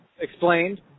explained